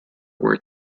where